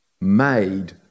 made